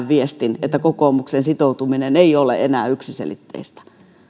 viestin että kokoomuksen sitoutuminen ei ole enää yksiselitteistä